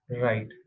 right